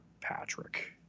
Patrick